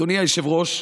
אדוני היושב-ראש,